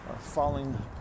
falling